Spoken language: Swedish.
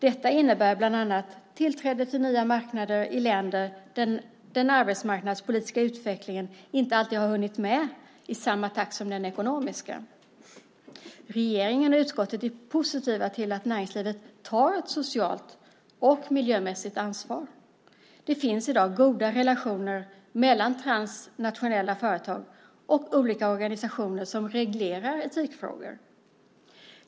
Detta innebär bland annat tillträde till nya marknader i länder där den arbetsmarknadspolitiska utvecklingen inte alltid har haft samma takt som den ekonomiska. Regeringen och utskottet är positiva till att näringslivet tar ett socialt och miljömässigt ansvar. Det finns i dag goda relationer mellan transnationella företag och olika organisationer som reglerar etikfrågor.